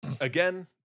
Again